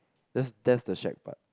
that's that's the shag part